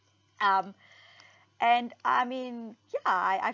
um and I mean ya I